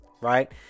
right